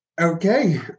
Okay